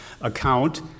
account